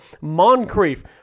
Moncrief